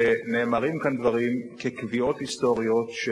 שנאמרים כאן דברים כקביעות היסטוריות,